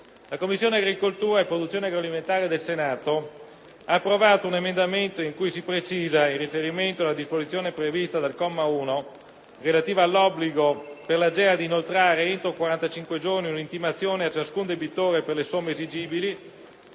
La Commissione agricoltura e produzione agroalimentare del Senato ha approvato un emendamento in cui si precisa, in riferimento alla disposizione prevista al comma 1 - relativa all'obbligo per l'AGEA di inoltrare, entro 45 giorni, un'intimazione a ciascun debitore per le somme esigibili